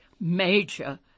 major